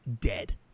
dead